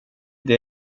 det